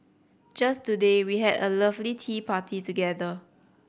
just today we had a lovely tea party together